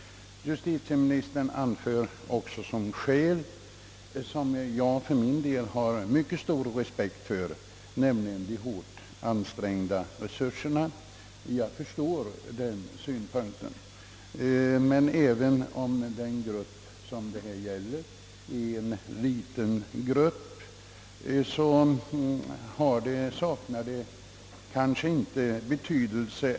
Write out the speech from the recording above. Vidare pekar han på ett skäl som jag har stor respekt och förståelse för: de hårt ansträngda resurserna. Även om den grupp som denna fråga gäller är liten saknar den kanske inte betydelse.